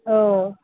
अ